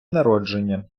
народження